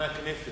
לב חברי הכנסת.